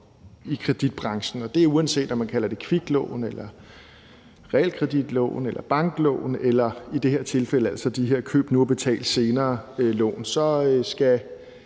i kreditbranchen. Uanset om man kalder det kviklån eller realkreditlån eller banklån eller i det her tilfælde altså de her køb nu, betal senere-lån, skal